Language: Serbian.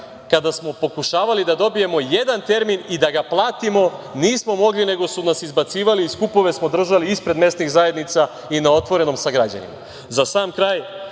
kada smo pokušavali da dobijemo jedan termin i da ga platimo, nismo mogli, nego su nas izbacivali i skupove smo držali ispred mesnih zajednica i na otvorenom sa građanima.Za sam kraj,